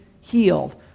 healed